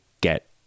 get